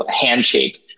handshake